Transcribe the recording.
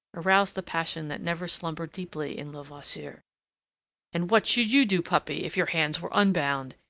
aroused the passion that never slumbered deeply in levasseur. and what should you do, puppy, if your hands were unbound?